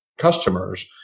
customers